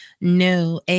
no